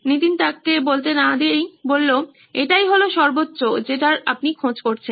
নীতিন এটাই হলো সর্বোচ্চ যেটার আপনি খোঁজ করছেন